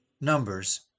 numbers